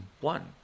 one